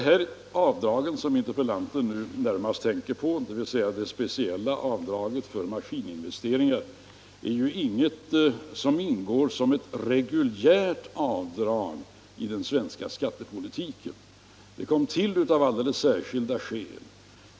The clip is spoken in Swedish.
Det avdrag som interpellanten närmast tänker på, dvs. det speciella avdraget för maskininvesteringar, ingår inte som ett reguljärt avdrag i den svenska skattepolitiken. Det kom till av alldeles speciella skäl.